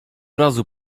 razu